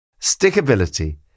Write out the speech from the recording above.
Stickability